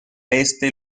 este